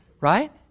Right